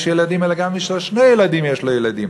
ילדים אלא מי שיש לו שני ילדים יש לו ילדים,